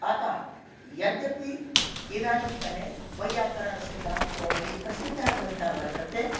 अतः यद्यपि इदानीन्तने वैयाकरणसिद्धान्तकौमुदी प्रसिद्धः ग्रन्थः वर्तते